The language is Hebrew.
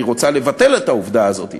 היא רוצה לבטל את העובדה הזאת,